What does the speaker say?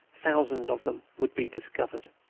thousands of them would be discovered.